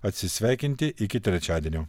atsisveikinti iki trečiadienio